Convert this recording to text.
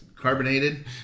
Carbonated